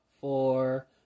four